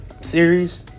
series